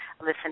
listen